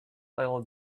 little